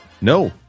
No